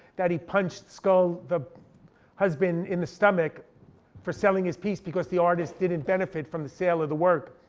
that he punched scull, the husband, in the stomach for selling his piece because the artist didn't benefit from the sale of the work.